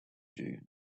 you